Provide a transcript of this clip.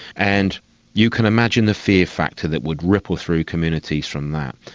and you can imagine the fear factor that would ripple through communities from that,